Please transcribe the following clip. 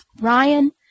Ryan